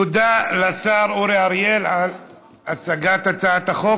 תודה לשר אורי אריאל על הצגת הצעת החוק.